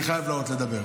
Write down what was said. אני חייב לעלות לדבר.